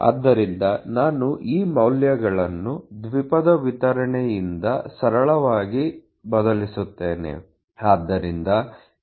ಆದ್ದರಿಂದ ನಾನು ಈ ಮೌಲ್ಯಗಳನ್ನು ದ್ವಿಪದ ವಿತರಣೆಯಿಂದ ಸರಳವಾಗಿ ಬದಲಿಸುತ್ತೇನೆ